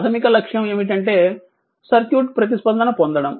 ప్రాథమిక లక్ష్యం ఏమిటంటే సర్క్యూట్ ప్రతిస్పందన పొందడం